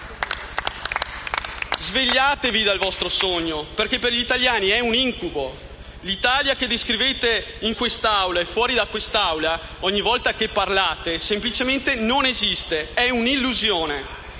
Svegliatevi dal vostro sogno, perché per gli italiani è un incubo. L'Italia che descrivete in quest'Aula e anche fuori ogni volta che parlate, semplicemente non esiste. È un'illusione.